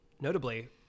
notably